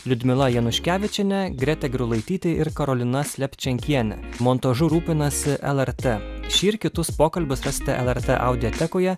liudmila januškevičienė greta gerulaitytė ir karolina slepčenkienė montažu rūpinasi lrt šį ir kitus pokalbius rasite lrt audiotekoje